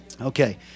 Okay